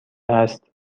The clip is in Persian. است